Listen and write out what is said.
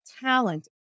talent